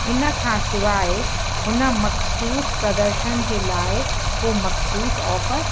इन खां सवाइ हुन मख़सूसु प्रदर्शन जे लाइ को मख़सूसु ऑफर